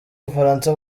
bufaransa